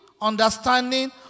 understanding